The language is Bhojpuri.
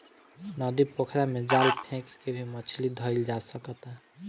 नदी, पोखरा में जाल फेक के भी मछली धइल जा सकता